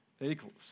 equals